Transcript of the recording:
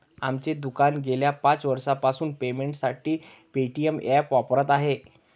आमचे दुकान गेल्या पाच वर्षांपासून पेमेंटसाठी पेटीएम ॲप वापरत आहे